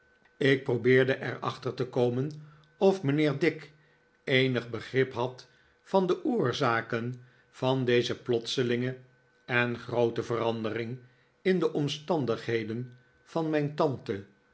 ik probeerde er achter te komen of mijnheer dick eenig begrip had van de oorzaken van deze plotselinge en groote verandering in de omstandigheden van mijn tante